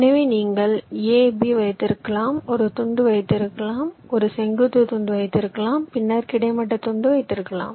எனவே நீங்கள் a b வைத்திருக்கலாம் ஒரு துண்டு வைத்திருக்கலாம் ஒரு செங்குத்து துண்டு வைத்திருக்கலாம் பின்னர் கிடைமட்ட துண்டு வைத்திருக்கலாம்